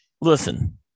listen